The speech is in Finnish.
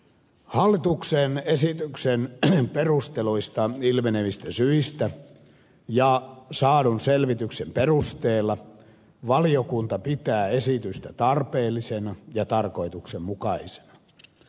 hallituksen esityksen perusteluista ilmenevistä syistä ja saadun selvityksen perusteella valiokunta pitää esitystä tarpeellisena ja tarkoituksenmukaisena